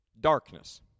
darkness